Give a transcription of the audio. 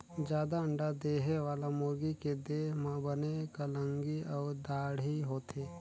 जादा अंडा देहे वाला मुरगी के देह म बने कलंगी अउ दाड़ी होथे